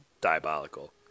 Diabolical